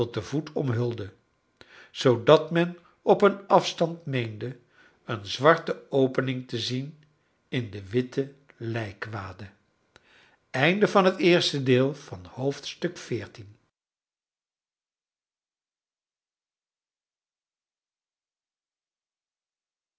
den voet omhulde zoodat men op een afstand meende een zwarte opening te zien in de witte lijkwade